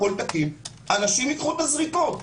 אנשים ייקחו את הזריקות.